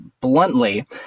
bluntly